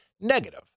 negative